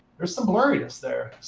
there's some blurriness there.